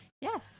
yes